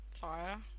fire